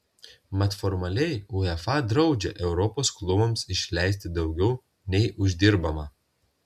mat formaliai uefa draudžia europos klubams išleisti daugiau nei uždirbama